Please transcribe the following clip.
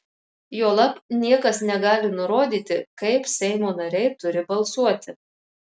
juolab niekas negali nurodyti kaip seimo nariai turi balsuoti